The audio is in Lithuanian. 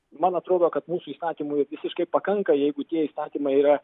man atrodo kad mūsų įstatymų visiškai pakanka jeigu tie įstatymai yra